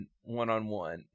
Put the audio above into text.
one-on-one